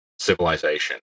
civilization